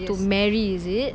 to marry is it